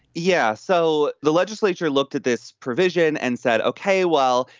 yeah. so the legislature looked at this provision and said, okay, well,